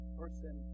person